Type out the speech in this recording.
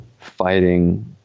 fighting